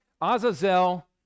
Azazel